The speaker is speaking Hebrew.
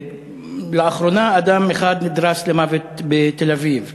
לאחרונה אדם אחד נדרס למוות בתל-אביב.